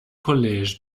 college